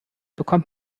bekommt